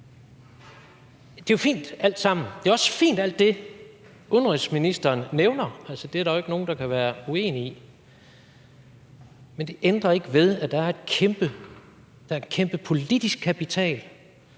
det er meget fint alt sammen. Alt det, udenrigsministeren nævner, er også fint. Altså, det er der jo ikke nogen der kan være uenige i. Men det ændrer ikke ved, at der er en kæmpe politisk kapital